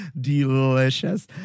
Delicious